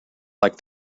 like